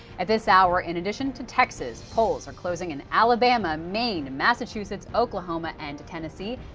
at this hour in addition to texas, polls are closing in alabama, maine, massachusetts, oklahoma and tennessee.